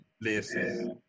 listen